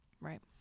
Right